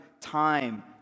time